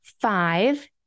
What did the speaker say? Five